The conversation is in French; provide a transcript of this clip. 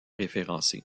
référencé